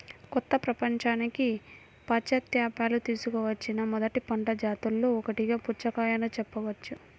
కొత్త ప్రపంచానికి పాశ్చాత్యులు తీసుకువచ్చిన మొదటి పంట జాతులలో ఒకటిగా పుచ్చకాయను చెప్పవచ్చు